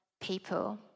people